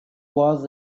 was